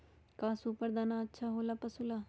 का सुपर दाना अच्छा हो ला पशु ला?